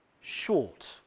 short